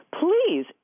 please